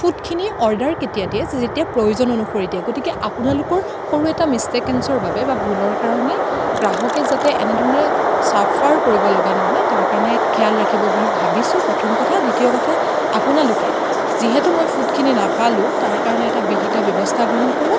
ফুডখিনি order কেতিয়া দিয়ে যেতিয়া প্ৰয়োজন অনুসৰি দিয়ে গতিকে আপোনালোকৰ সৰু এটা মিছটেকেনছৰ বাবে বা ভুলৰ কাৰণে গ্ৰাহকে যাতে এনে ধৰণে চাফাৰ কৰিব লগা নহয় তাৰ কাৰণে খেয়াল ৰাখিব বুলি ভাবিছোঁ প্ৰথম কথা দ্বিতীয় কথা আপোনালোকে যিহেতু মই ফুডখিনি নাপালো তাৰ কাৰণে এটা বিহিত ব্যৱস্থা গ্ৰহণ কৰক